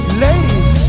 ladies